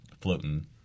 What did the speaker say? floating